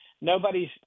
nobody's